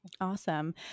Awesome